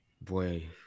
boy